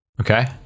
okay